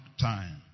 time